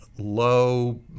low